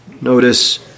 Notice